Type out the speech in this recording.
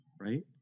right